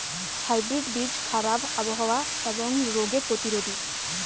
hybrid বীজ খারাপ আবহাওয়া এবং রোগে প্রতিরোধী